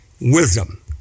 wisdom